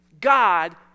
God